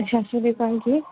ਸਤਿ ਸ਼੍ਰੀ ਅਕਾਲ ਜੀ